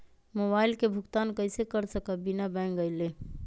Mobile के भुगतान कईसे कर सकब बिना बैंक गईले?